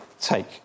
take